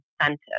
incentive